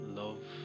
love